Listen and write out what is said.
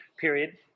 period